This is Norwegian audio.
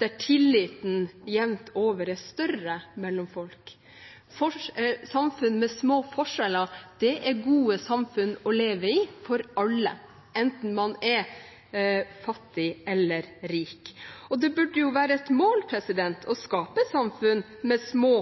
der tilliten jevnt over er større mellom folk. Samfunn med små forskjeller er gode samfunn å leve i for alle, enten man er fattig eller rik. Og det burde jo være et mål å skape samfunn med små